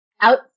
out